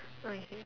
what you said